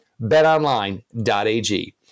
BetOnline.ag